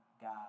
God